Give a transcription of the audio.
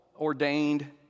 ordained